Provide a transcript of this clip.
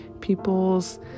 people's